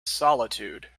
solitude